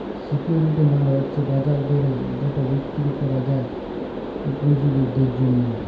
security মালে হছে বাজার দরে যেট বিক্কিরি ক্যরা যায় পুঁজি বিদ্ধির জ্যনহে